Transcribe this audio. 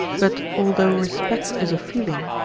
but although respect is a feeling,